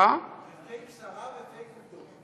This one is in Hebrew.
זה fake שרה ו-fake עובדות.